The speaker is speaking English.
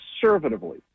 conservatively